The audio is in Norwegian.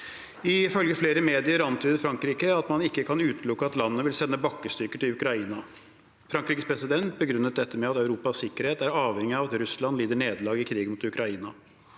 Ifølge flere medier antydet Frankrike at man ikke kan utelukke at landet vil sende bakkestyrker til Ukraina. Frankrikes president begrunnet dette med at Europas sikkerhet er avhengig av at Russland lider nederlag i krigen mot Ukraina.